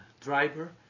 driver